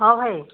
ହଁ ଭାଇ